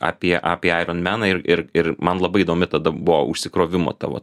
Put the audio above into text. apie apie aironmeną ir ir ir man labai įdomi tada buvo užsikrovimo tavo